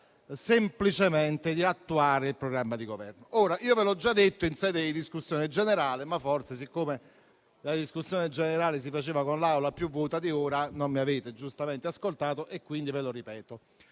semplicemente di attuare il programma di Governo. Ve l'ho già detto in sede di discussione generale, ma forse siccome la discussione generale si svolgeva con l'Aula più vuota di quanto sia ora, non mi avete giustamente ascoltato e quindi ve lo ripeto.